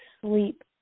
sleep